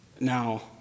Now